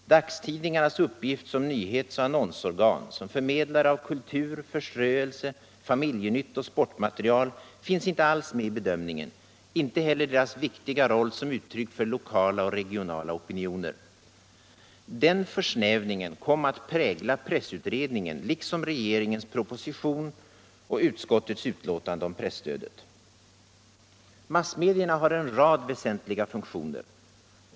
Dagstidningarnas uppgift som nyhetsoch annonsorgan, som förmedlare av kultur, förströelse, familjenytt och sportmaterial finns inte alls med i bedömningen, inte heller deras viktiga roll som uttryck för lokala och regionala opinioner. Den försnävningen kom att prägla pressutredningen liksom regeringens proposition och utskottets betänkande om presstödet. Massmedierna har en rad väsentliga funktioner.